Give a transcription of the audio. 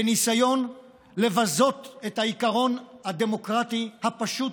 בניסיון לבזות את העיקרון הדמוקרטי הפשוט